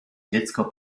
dziecko